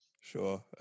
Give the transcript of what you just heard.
Sure